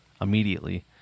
immediately